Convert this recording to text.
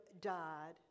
died